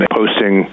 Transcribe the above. posting